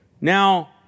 now